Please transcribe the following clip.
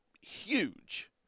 huge